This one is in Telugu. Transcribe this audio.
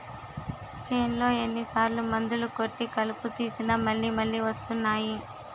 చేన్లో ఎన్ని సార్లు మందులు కొట్టి కలుపు తీసినా మళ్ళి మళ్ళి వస్తున్నాయి